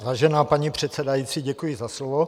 Vážená paní předsedající, děkuji za slovo.